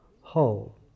whole